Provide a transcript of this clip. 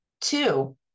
Two